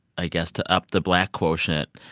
i guess, to up the black quotient,